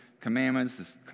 commandments